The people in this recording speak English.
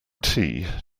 tea